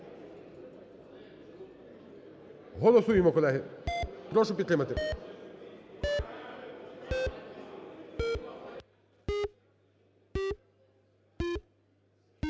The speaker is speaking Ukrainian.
Голосуємо, колеги, прошу підтримати.